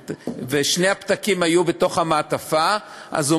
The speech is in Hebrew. והיו שני פתקים בתוך המעטפה,